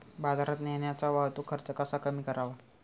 बाजारात नेण्याचा वाहतूक खर्च कसा कमी करावा?